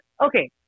okay